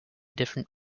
different